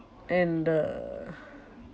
and uh